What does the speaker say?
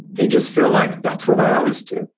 they just feel like, that's what i always do.